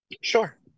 Sure